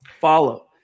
follow